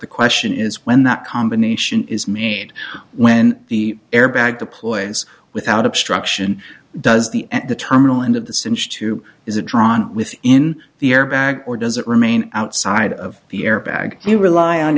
the question is when that combination is made when the airbag deployed without obstruction does the at the terminal end of the synch to is it drawn with in the air bag or does it remain outside of the air bag you rely on